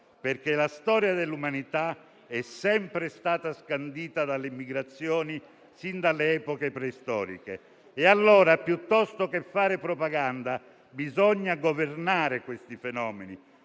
È la storia dell'umanità, che è sempre stata scandita dalle migrazioni fin dalle epoche preistoriche. E allora, piuttosto che fare propaganda, bisogna governare questi fenomeni: